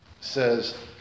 says